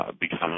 become